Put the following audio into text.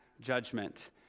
judgment